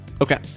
Okay